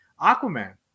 Aquaman